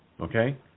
Okay